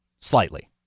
Slightly